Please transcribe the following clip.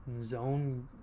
Zone